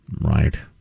Right